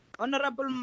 Honorable